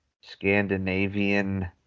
Scandinavian